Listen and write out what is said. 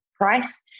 price